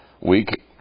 week